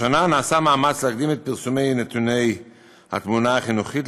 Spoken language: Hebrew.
השנה נעשה מאמץ להקדים את פרסום נתוני התמונה החינוכית,